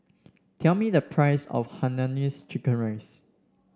tell me the price of Hainanese Chicken Rice